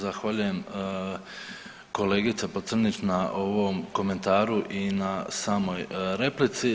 Zahvaljujem kolegice Pocrnić na ovom komentaru i na samoj replici.